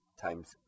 times